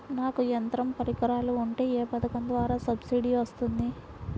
నాకు యంత్ర పరికరాలు ఉంటే ఏ పథకం ద్వారా సబ్సిడీ వస్తుంది?